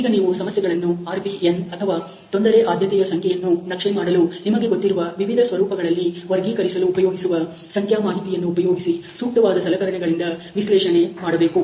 ಈಗ ನೀವು ಸಮಸ್ಯೆಗಳನ್ನು RPN ಅಥವಾ ತೊಂದರೆ ಆದ್ಯತೆಯ ಸಂಖ್ಯೆಯನ್ನು ನಕ್ಷೆ ಮಾಡಲು ನಿಮಗೆ ಗೊತ್ತಿರುವ ವಿವಿಧ ಸ್ವರೂಪಗಳಲ್ಲಿ ವರ್ಗೀಕರಿಸಲು ಉಪಯೋಗಿಸುವ ಸಂಖ್ಯಾ ಮಾಹಿತಿಯನ್ನು ಉಪಯೋಗಿಸಿ ಸೂಕ್ತವಾದ ಸಲಕರಣೆಗಳಿಂದ ವಿಶ್ಲೇಷಣೆ ಮಾಡಬೇಕು